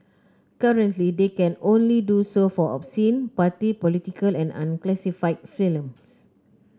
currently they can only do so for obscene party political and unclassified films